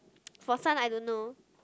for son I don't know